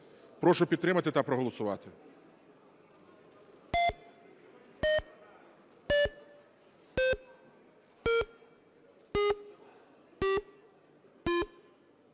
Прошу підтримати та проголосувати.